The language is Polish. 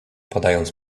podając